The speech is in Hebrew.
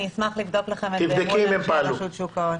אני אשמח לבדוק לכם את זה מול רשות שוק ההון.